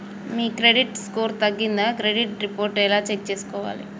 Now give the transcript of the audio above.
మీ credit score తగ్గిందా credit report ఎలా check చేసుకోవాలి?